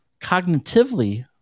cognitively